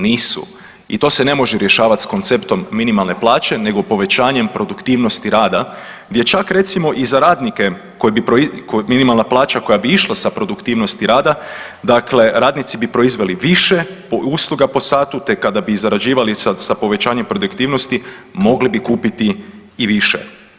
Nisu i to se ne može rješavat s koncept minimalne plaće nego povećanjem produktivnosti rada gdje čak recimo i za radnike, minimalna plaća koja bi išla sa produktivnosti rada, dakle radnici bi proizveli više usluga po satu te kada bi zarađivali sa povećanjem produktivnosti mogli bi kupiti i više.